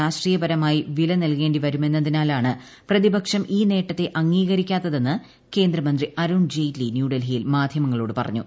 രാഷ്ട്രീയ പരമായി വിലനൽകേണ്ടി വരുമെന്നതിനാലാണ് പ്രതിപക്ഷം ഈ നേട്ടത്തെ അംഗീകരിക്കാത്തതെന്ന് കേന്ദ്ര മന്ത്രി അരുൺ ജെയ്റ്റ്ലി ന്യൂഡൽഹിയിൽ മാധ്യമങ്ങളോടു പറഞ്ഞു